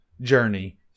journey